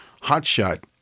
hotshot